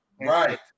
right